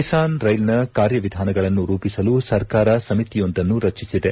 ಕಿಸಾನ್ ರೈಲ್ನ ಕಾರ್ಯವಿಧಾನಗಳನ್ನು ರೂಪಿಸಲು ಸರ್ಕಾರ ಸಮಿತಿಯೊಂದನ್ನು ರಚಿಸಿದೆ